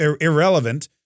irrelevant